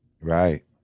Right